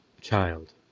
child